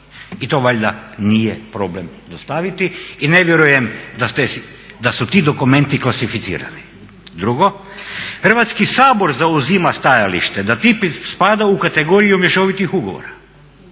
I to valjda nije problem dostaviti i ne vjerujem da su ti dokumenti klasificirani. Drugo, Hrvatski sabor zauzima stajalište da TTIP spada u kategoriju mješovitih ugovora.